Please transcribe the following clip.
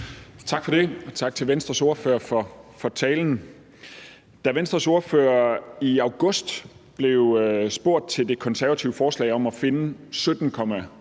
Tak for det. Og tak til Venstres ordfører for talen. Da Venstres ordfører i august blev spurgt til det konservative forslag om at finde 17,8